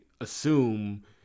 assume